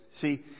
see